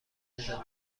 میزنی